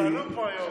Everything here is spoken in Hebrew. שעלו פה היום.